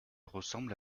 ressemblent